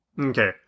Okay